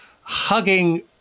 hugging